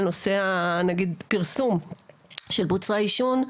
על נושא פרסום של מוצרי עישון,